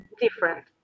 different